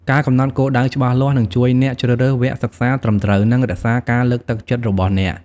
ការកំណត់ គោលដៅច្បាស់លាស់ នឹងជួយអ្នកជ្រើសរើសវគ្គសិក្សាត្រឹមត្រូវ និងរក្សាការលើកទឹកចិត្តរបស់អ្នក។